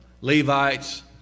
Levites